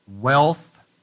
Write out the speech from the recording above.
wealth